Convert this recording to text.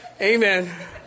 Amen